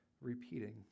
repeating